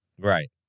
Right